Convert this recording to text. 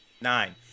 Nine